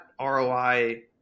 ROI